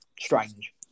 Strange